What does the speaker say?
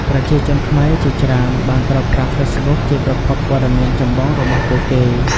ប្រជាជនខ្មែរជាច្រើនបានប្រើប្រាស់ហ្វេសប៊ុកជាប្រភពព័ត៌មានចម្បងរបស់ពួកគេ។